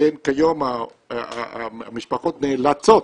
כיום המשפחות נאלצות